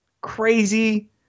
crazy